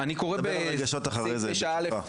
נדבר על רגשות אחרי זה, ברשותך.